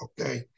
okay